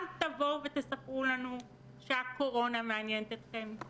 אל תבואו ותספרו לנו שהקורונה מעניינת אתכם.